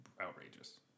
outrageous